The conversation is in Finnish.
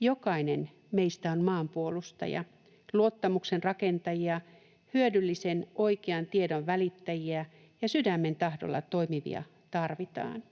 Jokainen meistä on maanpuolustaja. Luottamuksen rakentajia, hyödyllisen oikean tiedon välittäjiä ja sydämen tahdolla toimivia tarvitaan.